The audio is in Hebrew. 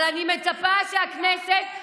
אבל אני מצפה שהכנסת,